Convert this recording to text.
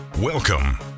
Welcome